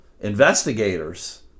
investigators